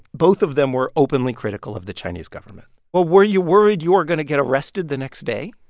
both of them were openly critical of the chinese government well, were you worried you were going to get arrested the next day?